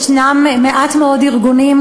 ישנם מעט מאוד ארגונים,